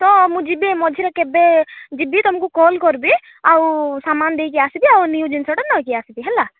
ତ ମୁଁ ଯିବି ଏ ମଝିରେ କେବେ ଯିବି ତୁମକୁ କଲ୍ କରିବି ଆଉ ସାମାନ୍ ଦେଇକି ଆସିବି ଆଉ ନିୟୁ ଜିନିଷଟା ନେଇକି ଆସିବି ହେଲା